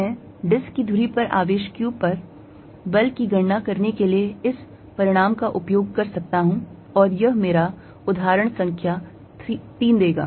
मैं अब डिस्क की धुरी पर आवेश q पर बल की गणना करने के लिए इस परिणाम का उपयोग कर सकता हूं और यह मेरा उदाहरण संख्या 3 देगा